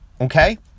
okay